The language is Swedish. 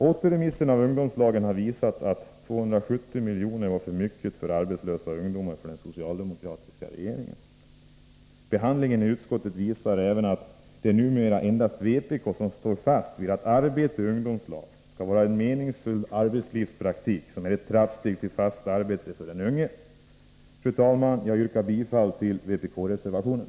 Återremissen av ungdomslagen har visat att 270 milj.kr. till arbetslösa ungdomar var för mycket för den socialdemokratiska regeringen. Behandlingen i utskottet visar även att det numera endast är vpk som står fast vid att arbete i ungdomslag skall vara en meningsfull arbetslivspraktik, som är ett trappsteg till fast arbete för den unge. Fru talman! Jag yrkar bifall till vpk-reservationen.